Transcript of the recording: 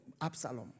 Absalom